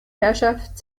herrschaft